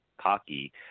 cocky